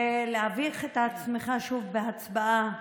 ולהביך את עצמך שוב בהצבעה,